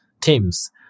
teams